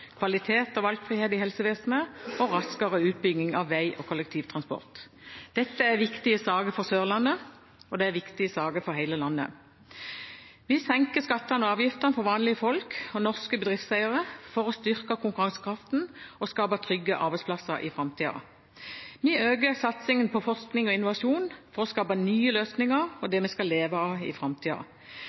kvalitet og valgfrihet i helsevesenet og raskere utbygging av vei og kollektivtransport. Dette er viktige saker for Sørlandet, og det er viktige saker for hele landet. Vi senker skatter og avgifter for vanlige folk og norske bedriftseiere for å styrke konkurransekraften og skape trygge arbeidsplasser i framtida. Vi øker satsingen på forskning og innovasjon for å skape nye løsninger og det vi skal leve av i framtida.